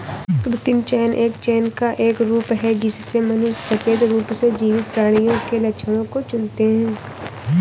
कृत्रिम चयन यह चयन का एक रूप है जिससे मनुष्य सचेत रूप से जीवित प्राणियों के लक्षणों को चुनते है